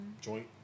joint